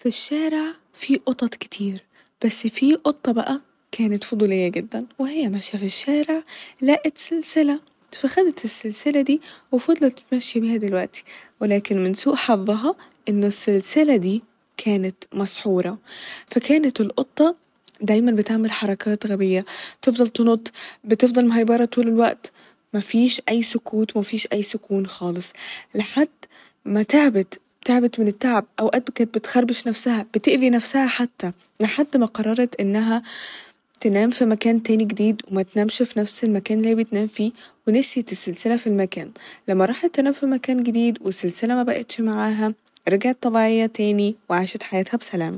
ف الشارع في قطط كتير بس في قطة بقى كانت فضولية جدا وهي ماشية ف الشارع لقت سلسلة ف خدت السلسلة دي وفضلت ماشية بيها دلوقتي ولكن من سوء حظها إن السلسلة دي كانت مسحورة فكانت القطة دايما بتعمل حركات غبية تفضل تنط بتفضل مهيبرة طول الوقت مفيش أي سكوت و مفيش أي سكون خالص لحد ما تعبت تعبت من التعب أوقات كات بتخربش نفسها بتأذي نفسها حتى لحد ما قررت إنها تنام ف مكان تاني جديد ومتنامش ف نفس المكان اللي هي بتنام فيه ونسيت السلسة ف المكان ، لما راحت تنام ف مكان جديد والسلسلة مبقتش معاها رجعت طبيعية تاني وعاشت حياتها بسلام